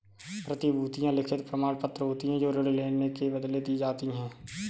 प्रतिभूतियां लिखित प्रमाणपत्र होती हैं जो ऋण लेने के बदले दी जाती है